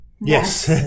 Yes